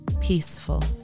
peaceful